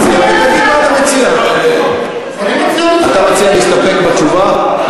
אתה מציע להסתפק בתשובה?